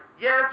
yes